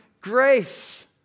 grace